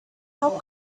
how